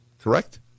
Correct